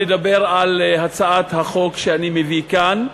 לדבר על הצעת החוק שאני מביא כאן.